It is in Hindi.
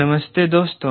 नमस्ते दोस्तों